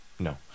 No